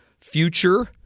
future